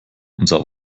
unser